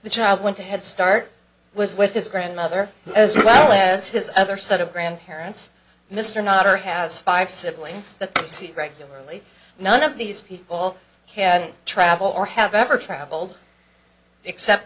the child went to head start was with his grandmother as well as his other set of grandparents mr nasr has five siblings that regularly none of these people can travel or have ever traveled except